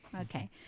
Okay